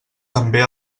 també